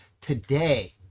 today